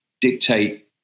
dictate